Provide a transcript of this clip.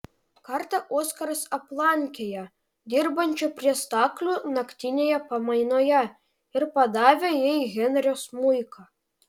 kartą oskaras aplankė ją dirbančią prie staklių naktinėje pamainoje ir padavė jai henrio smuiką